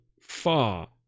far